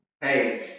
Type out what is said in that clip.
Hey